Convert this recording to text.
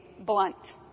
blunt